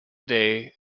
day